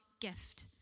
gift